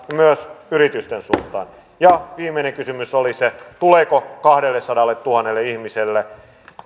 myös yritysten suuntaan viimeinen kysymys oli se tuleeko kahdellesadalletuhannelle ihmiselle